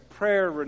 prayer